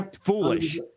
Foolish